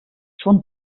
schon